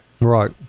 Right